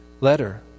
letter